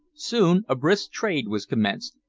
soon a brisk trade was commenced,